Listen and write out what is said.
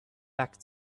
back